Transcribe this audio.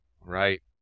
right